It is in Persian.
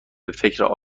فکر